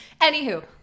Anywho